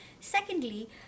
Secondly